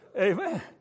Amen